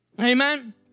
amen